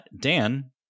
Dan